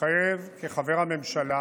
מתחייב כחבר הממשלה